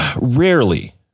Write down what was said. rarely